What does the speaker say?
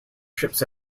ships